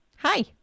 hi